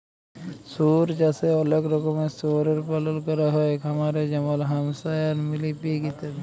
শুয়র চাষে অলেক রকমের শুয়রের পালল ক্যরা হ্যয় খামারে যেমল হ্যাম্পশায়ার, মিলি পিগ ইত্যাদি